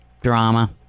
drama